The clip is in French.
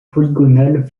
polygonale